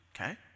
Okay